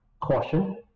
caution